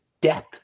death